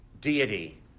Deity